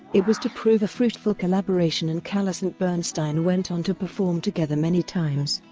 it was to prove a fruitful collaboration and callas and bernstein went on to perform together many times.